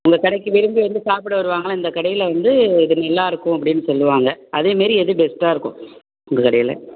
உங்கள் கடைக்கு விரும்பி வந்து சாப்பிட வருவாங்கள்ல இந்தக் கடையில் வந்து இது நல்லாருக்கும் அப்படின்னு சொல்லுவாங்க அதே மாரி எது பெஸ்ட்டாக இருக்கும் உங்கள் கடையில்